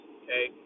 okay